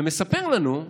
ומספר לנו,